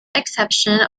exception